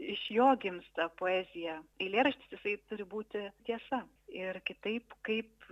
iš jo gimsta poezija eilėraštis jisai turi būti tiesa ir kitaip kaip